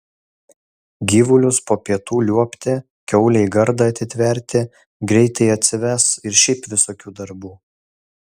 gyvulius po pietų liuobti kiaulei gardą atitverti greitai atsives ir šiaip visokių darbų